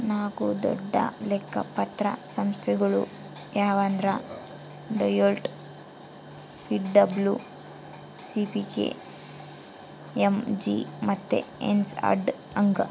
ನಾಕು ದೊಡ್ಡ ಲೆಕ್ಕ ಪತ್ರ ಸಂಸ್ಥೆಗುಳು ಯಾವಂದ್ರ ಡೆಲೋಯ್ಟ್, ಪಿ.ಡಬ್ಲೂ.ಸಿ.ಕೆ.ಪಿ.ಎಮ್.ಜಿ ಮತ್ತೆ ಎರ್ನ್ಸ್ ಅಂಡ್ ಯಂಗ್